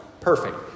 perfect